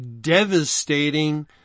devastating